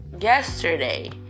yesterday